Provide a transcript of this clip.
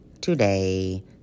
today